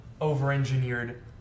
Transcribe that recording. over-engineered